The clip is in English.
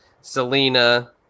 Selena